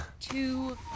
two